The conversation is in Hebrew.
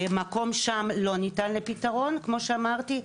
מקום שם לא ניתן לפתרון כמו שאמרתי,